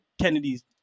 Kennedy's